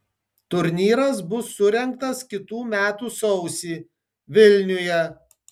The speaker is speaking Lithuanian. turnyras bus surengtas kitų metų sausį vilniuje